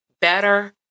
better